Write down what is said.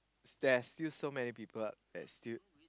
there's still so many people that's still